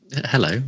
Hello